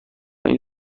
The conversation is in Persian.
این